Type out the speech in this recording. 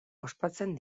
ospatzen